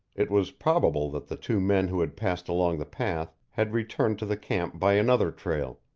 it was probable that the two men who had passed along the path had returned to the camp by another trail,